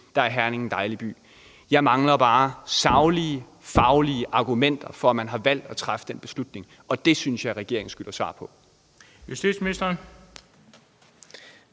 byer en dejlig by – jeg mangler bare nogle saglige og faglige argumenter for, at man har valgt at træffe den beslutning, og det synes jeg at regeringen skylder et svar på. Kl. 13:22 Den